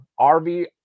RV